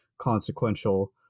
consequential